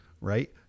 right